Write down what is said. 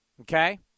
Okay